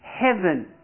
heaven